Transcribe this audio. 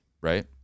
right